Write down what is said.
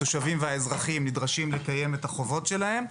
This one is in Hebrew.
התושבים והאזרחים נדרשים לקיים את החובות שלהם,